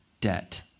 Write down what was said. debt